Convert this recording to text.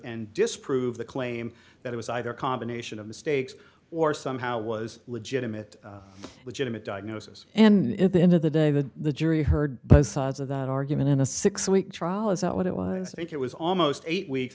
and disprove the claim that it was either a combination of mistakes or somehow was a legitimate legitimate diagnosis and at the end of the day that the jury heard both sides of that argument in a six week trial is that what it was i think it was almost eight weeks